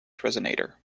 resonator